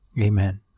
Amen